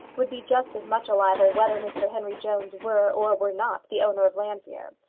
would be just as much a libel whether mr henry jones were or were not the owner of llanfeare.